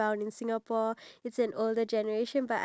right now really